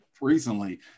recently